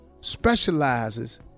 specializes